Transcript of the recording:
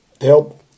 help